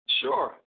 Sure